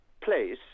place